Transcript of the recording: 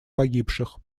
погибших